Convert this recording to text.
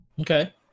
Okay